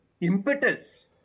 impetus